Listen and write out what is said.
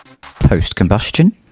post-combustion